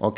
er